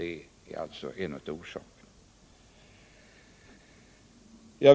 Det är alltså en av orsakerna.